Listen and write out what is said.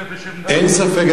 אין ספק,